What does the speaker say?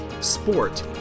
sport